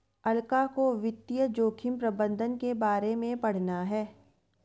अलका को वित्तीय जोखिम प्रबंधन के बारे में पढ़ना है